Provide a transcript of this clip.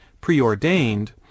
preordained